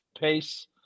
pace